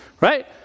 right